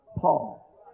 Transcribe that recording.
Paul